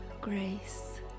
grace